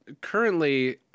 currently